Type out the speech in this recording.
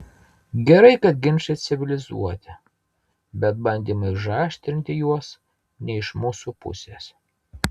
gerai kad ginčai civilizuoti bet bandymai užaštrinti juos ne iš mūsų pusės